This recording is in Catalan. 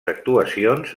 actuacions